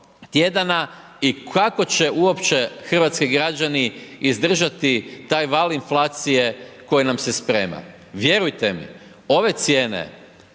tjedana i kako će uopće hrvatski građani izdržati taj val inflacije koji nam se sprema. Vjerujte mi, ove cijene,